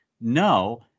No